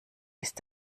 ist